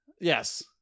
yes